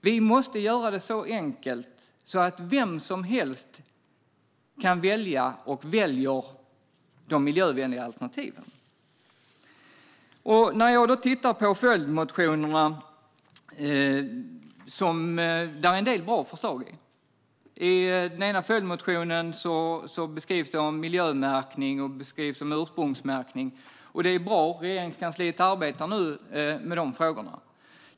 Vi måste göra det så enkelt att vem som helst kan välja, och väljer, de miljövänliga alternativen. När jag läser följdmotionerna ser jag att det finns en del bra förslag. I den ena följdmotionen skriver man om miljömärkning och ursprungsmärkning. Det är bra. Regeringskansliet arbetar nu med dessa frågor.